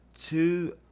two